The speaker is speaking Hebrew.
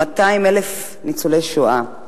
200,000 ניצולי שואה,